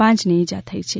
પાંચને ઇજા થઈ છે